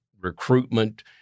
recruitment